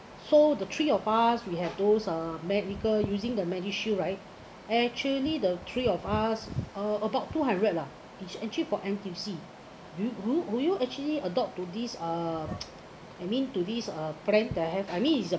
so the three of us we have those uh medical using the MediShield right actually the three of us uh about two hundred lah each entry for N_T_U_C do you do you do you actually adopt to this uh I mean to these uh plan that I have I mean is a